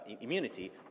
immunity